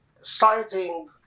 citing